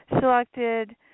selected